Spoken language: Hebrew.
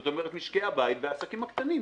זאת אומרת משקי הבית והעסקים הקטנים.